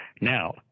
Now